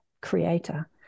creator